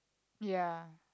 ya